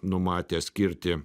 numatė skirti